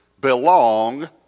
belong